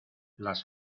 las